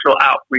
outreach